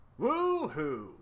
woohoo